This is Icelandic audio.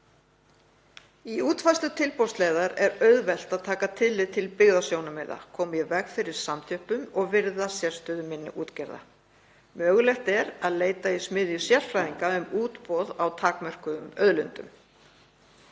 Í útfærslu tilboðsleiðar er auðvelt að taka tillit til byggðasjónarmiða, koma í veg fyrir samþjöppun og virða sérstöðu minni útgerða. Mögulegt er að leita í smiðju sérfræðinga um útboð á takmörkuðum auðlindum.